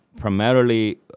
primarily